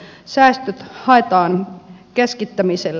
säästöt haetaan keskittämisellä